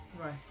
right